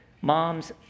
moms